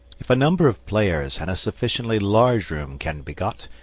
if a number of players and a sufficiently large room can be got,